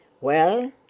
Well